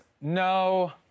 no